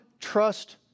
trust